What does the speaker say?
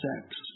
sex